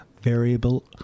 variable